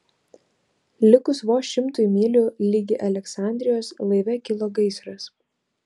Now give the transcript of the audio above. likus vos šimtui mylių ligi aleksandrijos laive kilo gaisras